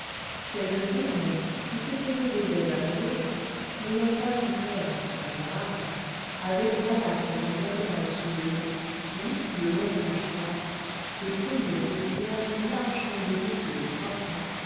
quelques-uns même qui s'étaient levés dès avant l'aube n'ayant pas vu clair à se faire la barbe avaient des balafres en diagonale sous le nez ou le long des mâchoires des pelures d'épiderme larges comme des écus de trois francs